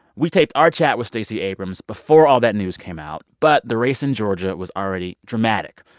we taped our chat with stacey abrams before all that news came out. but the race in georgia was already dramatic.